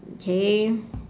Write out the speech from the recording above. okay